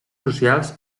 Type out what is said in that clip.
socials